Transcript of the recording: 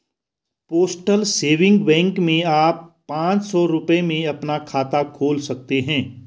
postal saving bank में आप पांच सौ रूपये में अपना खाता खोल सकते हैं